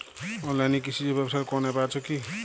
অনলাইনে কৃষিজ ব্যবসার কোন আ্যপ আছে কি?